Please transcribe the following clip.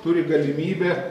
turi galimybę